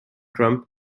trump